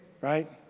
right